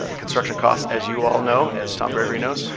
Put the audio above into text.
ah construction costs, as you all know, as tom gregory knows,